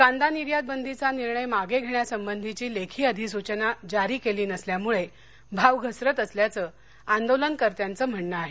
कांदा निर्यातबंदीचा निर्णय मागे घेण्यासंबंधीची लेखी अधिसूचना जारी केली नसल्यामुळे भाव घसरत असल्याचं आंदोलनकर्त्यांचं म्हणण आहे